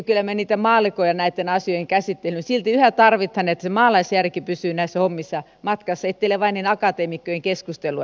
kyllä me niitä maallikkoja näitten asioitten käsittelyyn silti yhä tarvitsemme että se maalaisjärki pysyy näissä hommissa matkassa etteivät nämä kuviot ole vain niin akateemikkojen keskustelua